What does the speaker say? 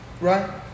Right